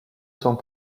sont